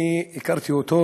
אני הכרתי אותו